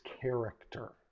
character